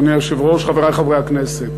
אדוני היושב-ראש, חברי חברי הכנסת,